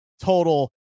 total